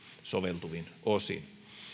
soveltuvin osin